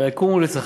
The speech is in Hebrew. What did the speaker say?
"ויקמו לצחק"